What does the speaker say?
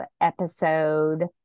episode